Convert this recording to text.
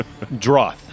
Droth